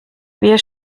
wir